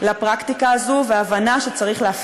לפני שאנחנו צרכנים,